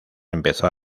empezó